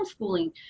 homeschooling